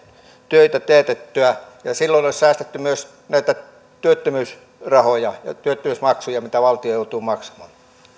töitä teetettyä silloin olisi säästetty myös näitä työttömyysrahoja ja työttömyysmaksuja mitä valtio joutuu maksamaan